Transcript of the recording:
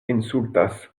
insultas